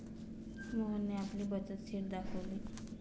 मोहनने आपली बचत शीट दाखवली